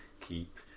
keep